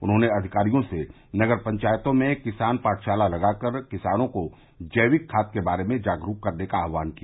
उन्होंने अधिकारियों से नगर पंचायतों में किसान पाठशाला लगाकर किसानों को जैविक खाद के बारे में जागरूक करने का आहवान किया